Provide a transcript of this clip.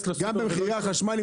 גם במחירי החשמל,